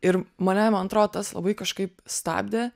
ir mane man atrodo tas labai kažkaip stabdė